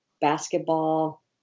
basketball